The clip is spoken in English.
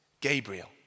Gabriel